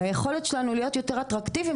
והיכולת שלנו להיות יותר אטרקטיביים